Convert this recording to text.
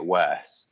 worse